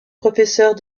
professeurs